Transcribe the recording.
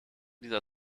dieser